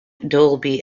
dolby